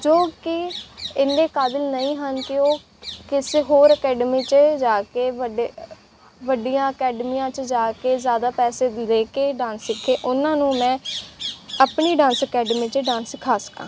ਜੋ ਕਿ ਇੰਨੇ ਕਾਬਿਲ ਨਹੀਂ ਹਨ ਕਿ ਉਹ ਕਿਸੇ ਹੋਰ ਅਕੈਡਮੀ 'ਚ ਜਾ ਕੇ ਵੱਡੇ ਵੱਡੀਆਂ ਅਕੈਡਮੀਆਂ 'ਚ ਜਾ ਕੇ ਜ਼ਿਆਦਾ ਪੈਸੇ ਦੇ ਕੇ ਡਾਂਸ ਸਿੱਖੇ ਉਹਨਾਂ ਨੂੰ ਮੈਂ ਆਪਣੀ ਡਾਂਸ ਅਕੈਡਮੀ 'ਚ ਡਾਂਸ ਸਿਖਾ ਸਕਾਂ